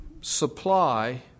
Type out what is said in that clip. supply